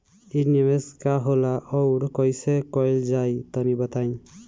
इ निवेस का होला अउर कइसे कइल जाई तनि बताईं?